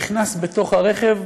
נכנס בתוך הרכב,